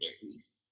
theories